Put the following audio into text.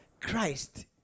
Christ